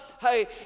Hey